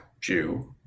Jew